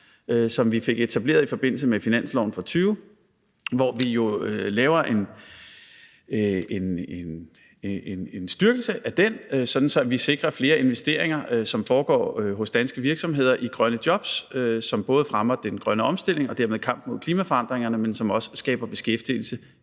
som vi fik etableret i forbindelse med finansloven for 2020, hvor vi jo laver en styrkelse af den, sådan at vi sikrer flere investeringer, som foregår hos danske virksomheder i grønne jobs, som både fremmer den grønne omstilling og dermed kampen mod klimaforandringerne og også skaber beskæftigelse